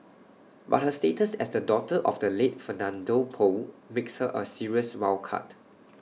but her status as the daughter of the late Fernando Poe makes her A serious wild card